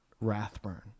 Rathburn